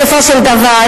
בסופו של דבר,